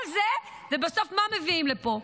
כל זה, ובסוף מה מביאים לפה?